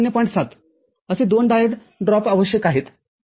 ७ असे दोन डायोड ड्रॉपआवश्यक आहेत